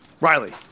Riley